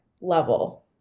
level